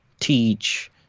Teach